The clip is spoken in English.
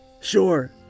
Sure